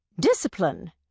Discipline